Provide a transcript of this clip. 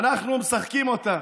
אנחנו משחקים אותה,